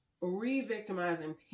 re-victimizing